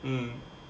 mm